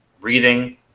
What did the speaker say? Breathing